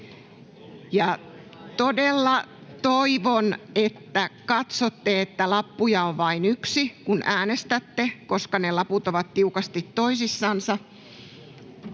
Todella toivon, että katsotte, että lappuja on vain yksi, kun äänestätte, koska ne laput ovat tiukasti toisissansa,